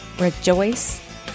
rejoice